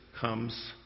comes